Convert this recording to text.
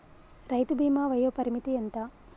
రైతు బీమా వయోపరిమితి ఎంత?